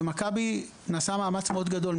במכבי נעשה מאמץ מאוד גדול.